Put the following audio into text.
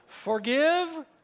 Forgive